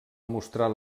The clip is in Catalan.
mostrar